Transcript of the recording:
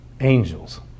Angels